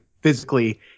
physically